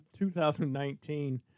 2019